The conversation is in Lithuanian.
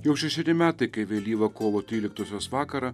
jau šešeri metai kai vėlyvą kovo tryliktosios vakarą